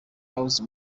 house